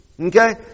Okay